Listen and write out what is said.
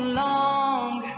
long